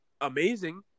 amazing